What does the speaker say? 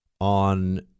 on